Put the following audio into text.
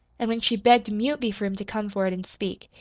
and when she begged mutely for him to come forward and speak,